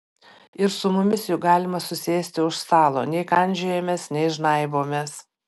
ir su mumis juk galima susėsti už stalo nei kandžiojamės nei žnaibomės